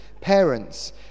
Parents